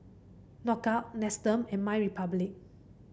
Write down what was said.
Knockout Nestum and MyRepublic